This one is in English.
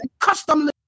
customly